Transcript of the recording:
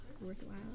worthwhile